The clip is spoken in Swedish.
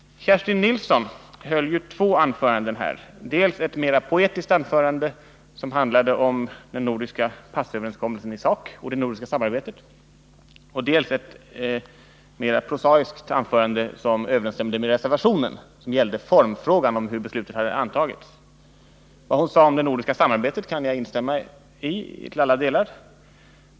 Kerstin Nilsson höll ju två anföranden här — dels ett mera poetiskt anförande som handlade om den nordiska passöverenskommelsen i sak och det nordiska samarbetet, dels ett mera prosaiskt anförande som överenstämde med reservationen och gällde formfrågan om hur beslutet hade antagits. Vad hon sade om det nordiska samarbetet kan jag instämma i till alla delar.